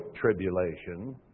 tribulation